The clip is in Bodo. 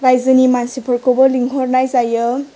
रायजोनि मानसिफोरखौबो लिंहरनाय जायो